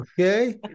Okay